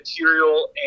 material